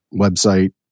website